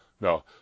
No